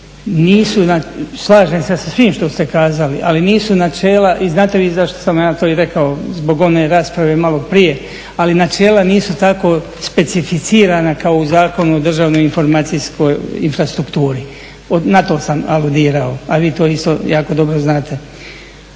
nisu, slažem se sa svim što ste kazali, ali nisu načela i znate vi zašto sam ja to i rekao, zbog one rasprave maloprije, ali načela nisu tako specificirana kao u Zakonu o Državnoj informacijskoj infrastrukturi. Na tom sam aludirao, a vi to isto jako dobro znate.